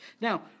Now